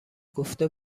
گفته